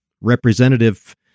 Representative